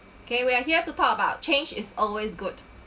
K we are here to talk about change is always good